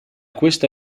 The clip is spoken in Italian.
questa